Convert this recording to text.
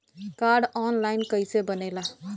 Card online कइसे बनेला?